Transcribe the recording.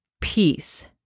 peace